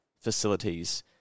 facilities